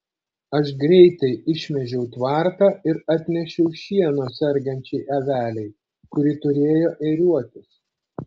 aš greitai išmėžiau tvartą ir atnešiau šieno sergančiai avelei kuri turėjo ėriuotis